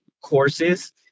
courses